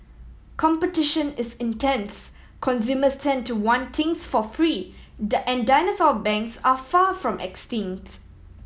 competition is intense consumers tend to want things for free and dinosaur banks are far from extinct